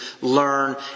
learn